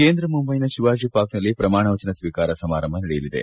ಕೇಂದ್ರ ಮುಂಬೈನ ಶಿವಾಜಿ ಪಾರ್ಕ್ನಲ್ಲಿ ಪ್ರಮಾಣವಚನ ಸ್ತೀಕಾರ ಸಮಾರಂಭ ನಡೆಯಲಿದೆ